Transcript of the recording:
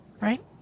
right